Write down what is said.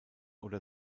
oder